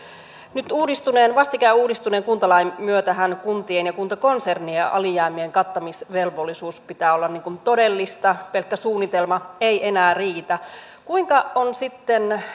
nyt vastikään uudistuneen kuntalain myötähän kuntien ja kuntakonsernien alijäämien kattamisvelvollisuuden pitää olla todellista pelkkä suunnitelma ei enää riitä kuinka on sitten